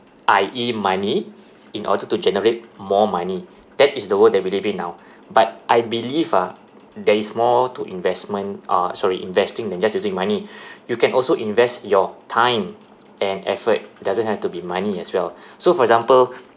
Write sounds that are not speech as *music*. I_E money in order to generate more money that is the world that we live in now but I believe ah there is more to investment uh sorry investing than just using money *breath* you can also invest your time and effort doesn't have to be money as well *breath* so for example